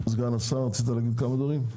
סגן השר, רצית להגיד כמה דברים?